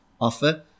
offer